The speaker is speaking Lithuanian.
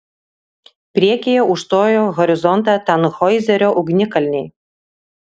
priekyje užstojo horizontą tanhoizerio ugnikalniai